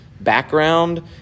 background